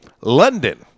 London